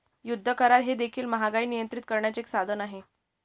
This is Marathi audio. युद्ध करार हे देखील महागाई नियंत्रित करण्याचे एक साधन आहे